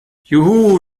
juhu